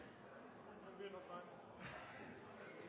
presidenten